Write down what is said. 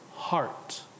Heart